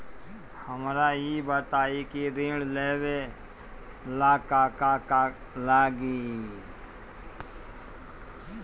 हमरा ई बताई की ऋण लेवे ला का का लागी?